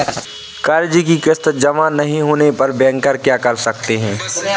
कर्ज कि किश्त जमा नहीं होने पर बैंकर क्या कर सकते हैं?